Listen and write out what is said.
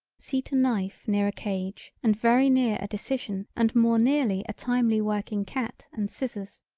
seat a knife near a cage and very near a decision and more nearly a timely working cat and scissors.